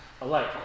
alike